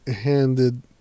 handed